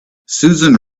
susan